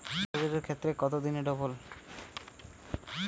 ডিপোজিটের ক্ষেত্রে কত দিনে ডবল?